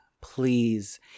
please